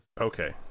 Okay